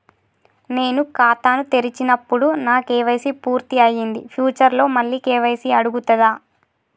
నేను ఖాతాను తెరిచినప్పుడు నా కే.వై.సీ పూర్తి అయ్యింది ఫ్యూచర్ లో మళ్ళీ కే.వై.సీ అడుగుతదా?